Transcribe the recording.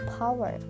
power